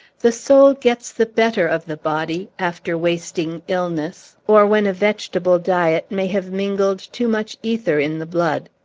the soul gets the better of the body, after wasting illness, or when a vegetable diet may have mingled too much ether in the blood.